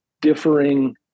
differing